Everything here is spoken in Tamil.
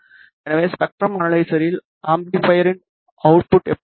எனவே ஸ்பெக்ட்ரம் அனலைசரில் அம்பிளிபைரின் அவுட்புட் எப்படி இருக்கும்